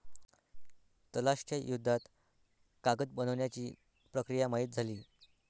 तलाश च्या युद्धात कागद बनवण्याची प्रक्रिया माहित झाली